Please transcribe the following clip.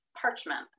parchment